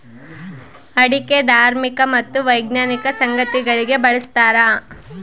ಅಡಿಕೆ ಧಾರ್ಮಿಕ ಮತ್ತು ವೈಜ್ಞಾನಿಕ ಸಂಗತಿಗಳಿಗೆ ಬಳಸ್ತಾರ